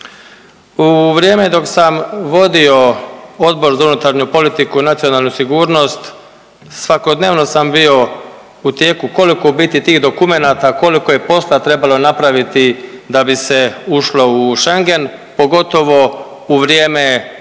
U vrijeme dok sam vodio Odbor za unutarnju politiku i nacionalnu sigurnost svakodnevno sam bio u tijeku koliko u biti tih dokumenata, koliko je posla trebalo napravit da bi se ušlo u Schengen, pogotovo u vrijeme